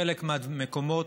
בחלק מהמקומות,